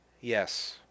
Yes